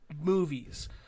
movies